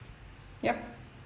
yup